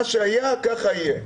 מה שהיה, כך יהיה.